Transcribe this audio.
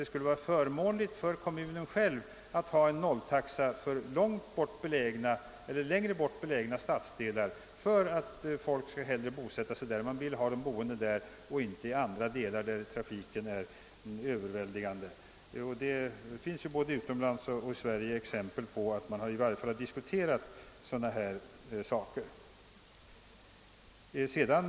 Det kan vara förmånligt för kommunen att ha en O-taxa för längre bort belägna stadsdelar. Det kan ligga i kommunens intresse att folk vill bosätta sig i ytterområdena och inte i andra delar där trafiken är intensiv. Det finns exempel på att man både utomlands och i Sverige i varje fall har diskuterat ett införande av O-taxa.